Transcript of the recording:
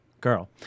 girl